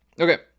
Okay